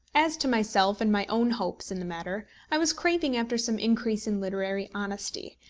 as to myself and my own hopes in the matter i was craving after some increase in literary honesty,